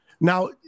Now